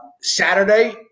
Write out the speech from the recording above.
Saturday